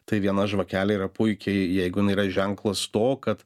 tai viena žvakelė yra puikiai jeigu yra ženklas to kad